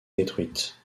détruites